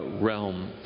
realm